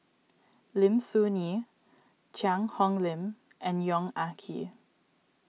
Lim Soo Ngee Cheang Hong Lim and Yong Ah Kee